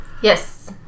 yes